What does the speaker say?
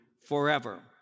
forever